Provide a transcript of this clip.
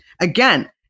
again